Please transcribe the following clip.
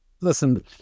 listen